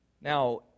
Now